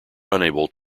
unable